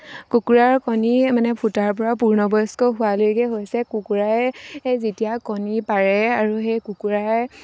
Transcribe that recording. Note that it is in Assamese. কুকুৰাৰ কণী মানে ফুটাৰ পৰা পূৰ্ণবয়স্ক হোৱালৈকে হৈছে কুকুৰাই যেতিয়া কণী পাৰে আৰু সেই কুকুৰাই